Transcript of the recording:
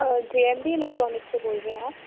जे M B electronic से बोल रहे हैं आप